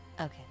Okay